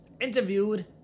interviewed